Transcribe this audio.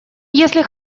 если